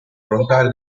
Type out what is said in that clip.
volontario